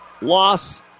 loss